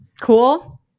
Cool